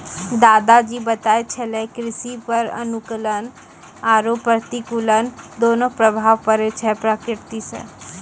दादा जी बताय छेलै कृषि पर अनुकूल आरो प्रतिकूल दोनों प्रभाव पड़ै छै प्रकृति सॅ